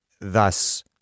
thus